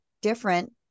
different